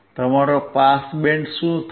તમારો pass band શું હશે